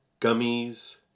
gummies